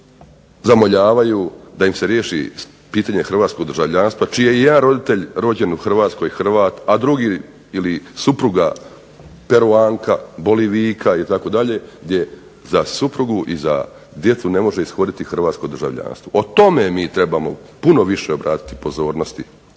zamoljavaju da im se riješi pitanje hrvatskog državljanstva čiji je i jedan roditelj rođen u Hrvatskoj Hrvat, a drugi ili supruga Peruanka, Bolivijka itd., gdje za suprugu i za djecu ne može ishoditi hrvatsko državljanstvo. O tome mi trebamo puno više obratiti pozornosti